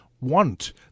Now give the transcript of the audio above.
want